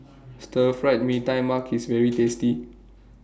Stir Fried Mee Tai Mak IS very tasty